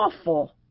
awful